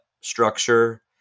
structure